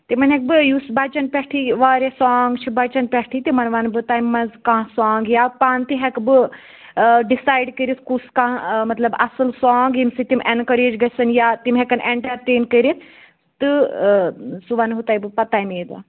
تِمَن ہیٚکہٕ بہٕ یُس بَچَن پٮ۪ٹھٕے واریاہ سانٛگ چھِ بَچَن پٮ۪ٹھٕے تِمَن وَنہٕ بہٕ تَمہِ منٛز کانٛہہ سانٛگ یا پانہٕ تہِ ہٮ۪کہٕ بہٕ آ ڈِسایڈ کٔرِتھ کُس کانٛہہ آ مطلب اَصٕل سانٛگ ییٚمہِ سۭتۍ تِم اینکوریٚج گژھن یا تِم ہٮ۪کَن اینٹَرٹین کٔرِتھ تہٕ سُہ وَنہو تۄہہِ بہٕ پَتہٕ تَمے دۄہ